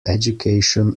education